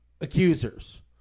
accusers